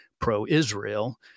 pro-Israel